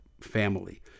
family